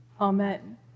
amen